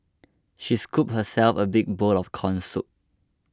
she scooped herself a big bowl of Corn Soup